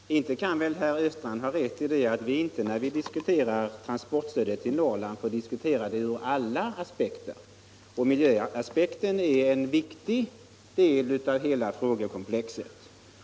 Herr talman! Inte kan väl herr Östrand ha rätt i att vi, när vi diskuterar transportstödet till Norrland, inte får diskutera det ur alla aspekter. Och miljöaspekten är en viktig del av hela frågekomplexet.